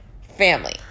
family